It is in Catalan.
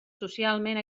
socialment